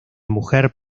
mujer